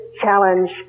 challenge